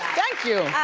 thank you